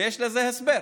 ויש לזה הסבר: